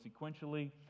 sequentially